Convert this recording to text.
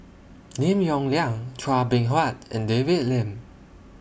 Lim Yong Liang Chua Beng Huat and David Lim